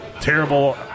terrible